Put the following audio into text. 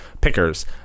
pickers